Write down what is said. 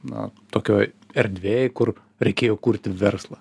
na tokioj erdvėj kur reikėjo kurti verslą